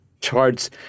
charts